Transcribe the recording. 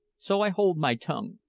so i hold my tongue.